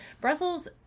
Brussels